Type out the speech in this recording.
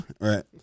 Right